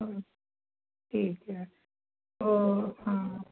ठीक है और